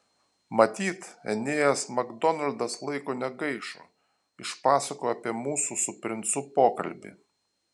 matyt enėjas makdonaldas laiko negaišo išpasakojo apie mūsų su princu pokalbį